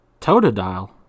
Totodile